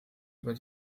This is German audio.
über